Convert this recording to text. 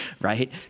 right